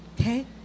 okay